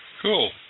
Cool